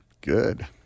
good